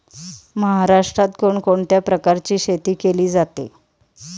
महाराष्ट्रात कोण कोणत्या प्रकारची शेती केली जाते?